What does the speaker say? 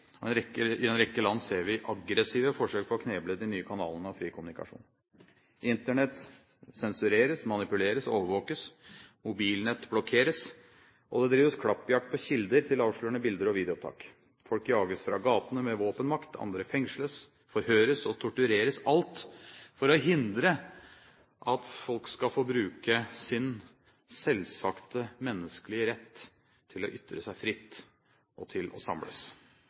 I en rekke land ser vi aggressive forsøk på å kneble de nye kanalene for fri kommunikasjon. Internett sensureres, manipuleres og overvåkes. Mobilnett blokkeres, og det drives klappjakt på kilder til avslørende bilder og videoopptak. Folk jages fra gatene med våpenmakt. Andre fengsles, forhøres og tortureres – alt for å hindre at folk skal få bruke sin selvsagte menneskerett til å ytre seg fritt, og til å samles.